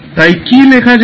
তাই কি লেখা যায়